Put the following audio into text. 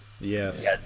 Yes